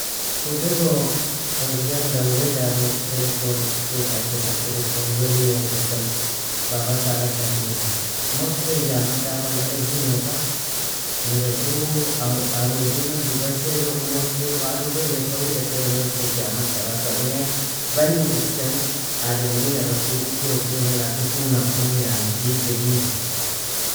Udogo erijaala dawea daron kede kon sheekha ikesan, kede kon weliya ikesan, baba salahi tachikesa. Murkeen jamaa shaafala ezinoosa, miraju arodinog dibashay log murkee lo adu lo lifa wida kir nefs al jamala salag sali naya, bagnikesa ademiri naloku ukiroku inga lakin, uu nakumu yani, jeel gadiema.